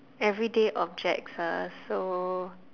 everyday object ah so